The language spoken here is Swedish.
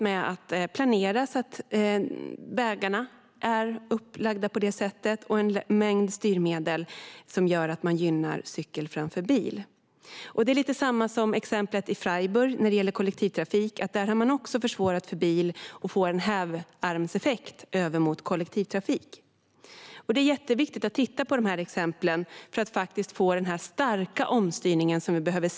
Man har planerat så att vägarna är upplagda på det sättet, och man har en mängd styrmedel som innebär att cykel gynnas framför bil. När det gäller kollektivtrafik gäller lite samma sak i Freiburg. Där har man också försvårat för bil, vilket ger en hävarmseffekt över mot kollektivtrafik. Det är jätteviktigt att titta på de här exemplen för att fort få den starka omstyrning som vi behöver.